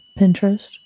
Pinterest